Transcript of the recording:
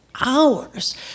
hours